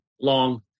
long